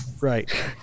right